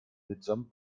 mitsamt